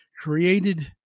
created